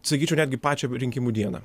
sakyčiau netgi pačią rinkimų dieną